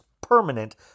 permanent